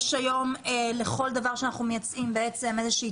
היום לכל דבר שאנחנו מייצאים יש איזושהי